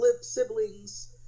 siblings